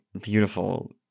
beautiful